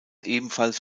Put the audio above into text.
ebenfalls